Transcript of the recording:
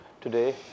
today